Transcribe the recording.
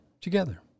together